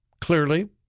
clearly